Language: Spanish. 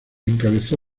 encabezó